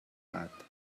path